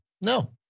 no